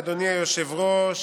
אדוני היושב-ראש,